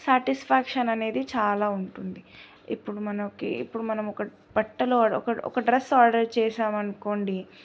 satisfaction అనేది చాలా ఉంటుంది ఇప్పుడు మనకి ఇప్పుడు మనం ఒక బట్టలు ఒక ఒక డ్రెస్ ఆర్డర్ చేసాము అనుకోండి